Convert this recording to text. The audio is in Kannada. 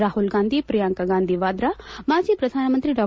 ರಾಹುಲ್ ಗಾಂಧಿ ಪ್ರಿಯಾಂಕಾ ಗಾಂಧಿ ವಾದ್ರಾ ಮಾಜಿ ಪ್ರಧಾನ ಮಂತ್ರಿ ಡಾ